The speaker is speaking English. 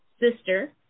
sister